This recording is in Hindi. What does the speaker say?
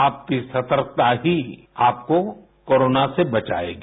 आपकी सतर्कता ही आपको कोरोना से बचाएगी